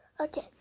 Okay